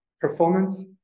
performance